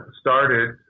started